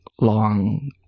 long